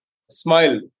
Smile